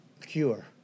cure